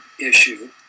issue